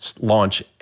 launch